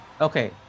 Okay